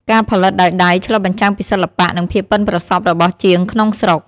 ការផលិតដោយដៃឆ្លុះបញ្ចាំងពីសិល្បៈ និងភាពប៉ិនប្រសប់របស់ជាងក្នុងស្រុក។